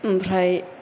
ओमफ्राय